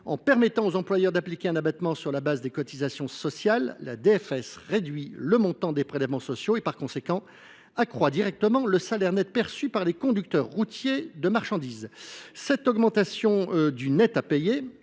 En permettant aux employeurs d’appliquer un abattement sur la base des cotisations sociales, la DFS réduit le montant des prélèvements sociaux et, par conséquent, accroît directement le salaire net perçu par les conducteurs routiers de marchandises. Cette augmentation du net à payer